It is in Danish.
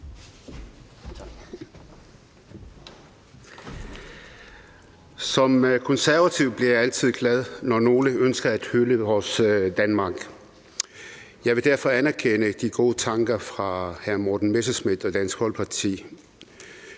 Som konservativ bliver jeg altid glad, når nogle ønsker at hylde vores Danmark. Jeg vil derfor anerkende de gode tanker fra hr. Morten Messerschmidt og Dansk Folkeparti.